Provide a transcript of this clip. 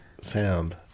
sound